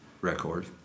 record